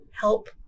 help